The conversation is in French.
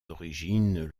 origines